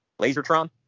Lasertron